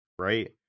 Right